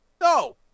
No